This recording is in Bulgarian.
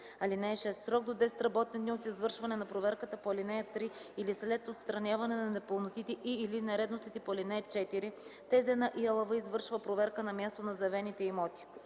(6) В срок до 10 работни дни от извършване на проверката по ал. 3 или след отстраняване на непълнотите и/или нередностите по ал. 4, ТЗ на ИАЛВ извършва проверка на място на заявените имоти.